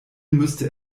müsste